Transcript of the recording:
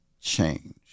change